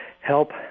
help